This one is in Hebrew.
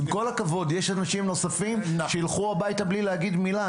יש אנשים שילכו הביתה בלי להגיד מילה.